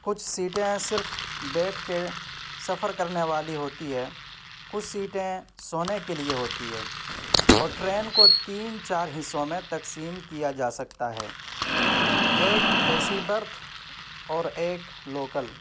کچھ سیٹیں صرف بیٹھ کے سفر کرنے والی ہوتی ہے کچھ سیٹیں سونے کے لیے ہوتی ہے اور ٹرین کو تین چار حصوں میں تقسیم کیا جا سکتا ہے ایک اے سی برتھ اور ایک لوکل